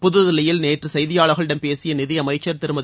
புதுதில்லியில் நேற்று செய்தியாளர்களிடம்பேசியநிதி அமைச்சர் திருமதி